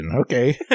Okay